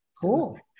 cool